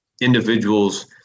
individuals